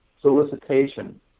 solicitation